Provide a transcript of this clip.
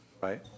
right